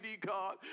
God